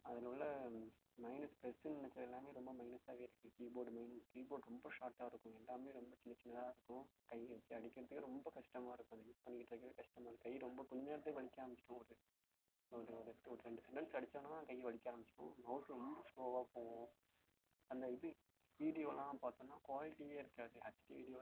அதனுள்ள minus ப்ளஸுன்னு நினச்சது எல்லாமே ரொம்ப மைனஸாகவே இருக்குது கீபோர்டு மெய்ன் கீபோர்ட் ரொம்ப ஷார்ட்டாக இருக்கும் எல்லாமே ரொம்ப சின்ன சின்னதாக இருக்கும் கையில் வச்சு அடிக்கிறதுக்கே ரொம்ப கஷ்டமாக இருக்கும் யூஸ் பண்ணிக்கிட்டிருக்கவே கஷ்டமாக இருக்குது கை ரொம்ப கொஞ்சம் நேரத்துக்கு வலிக்க ஆரம்மிச்சிடும் ஒரு ஒரு ஒரு ஒரு ரெண்டு சென்டன்ஸ் அடிச்சோம்னால் கை வலிக்க ஆரமிச்சிடும் மௌஸ் ரொம்ப ஸ்லோவாக போகும் அந்த இது வீடியோலாம் பார்த்தோம்னா குவாலிட்டியே இருக்காது ஹச்டி வீடியோ